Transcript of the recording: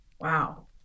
wow